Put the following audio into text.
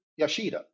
Yashida